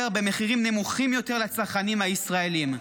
במחירים נמוכים יותר לצרכנים הישראלים.